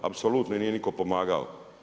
Apsolutno im nije nitko pomagao.